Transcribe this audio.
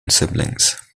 siblings